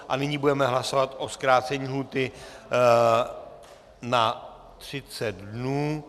A nyní budeme hlasovat o zkrácení lhůty na 30 dnů.